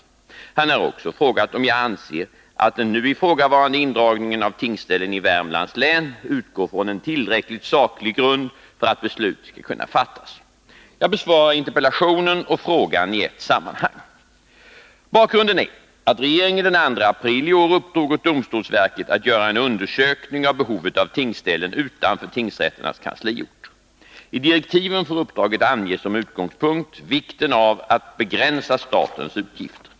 127 Han har också frågat om jag anser att den nu ifrågavarande indragningen av tingsställen i Värmlands län utgår från en tillräckligt saklig grund för att beslut skall kunna fattas. Jag besvarar interpellationen och frågan i ett sammanhang. Bakgrunden är att regeringen den 2 aprili år uppdrog åt domstolsverket att göra en undersökning av behovet av tingsställen utanför tingsrätternas kansliorter. I direktiven för uppdraget anges som utgångspunkt vikten av att begränsa statens utgifter.